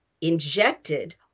injected